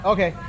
Okay